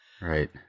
Right